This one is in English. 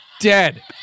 dead